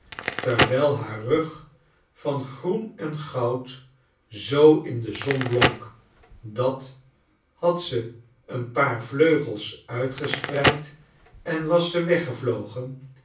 terwijl haar rug van groen en goud zoo in de zon blonk dat had ze een paar vleugels uitgespreid en was ze weggevlogen